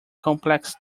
complex